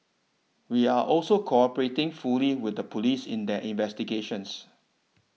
we are also cooperating fully with the police in their investigations